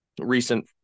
recent –